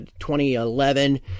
2011